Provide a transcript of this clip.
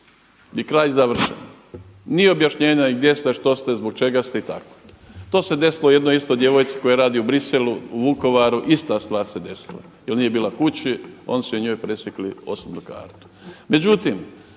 I kraj, završeno. Ni objašnjenje gdje ste, što ste, zbog čega ste i tako. To se desilo jednoj isto djevojci koja radi u Bruxellesu, u Vukovaru ista stvar se desila jer nije bila kući, oni su njoj presjekli osobnu kartu.